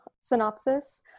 synopsis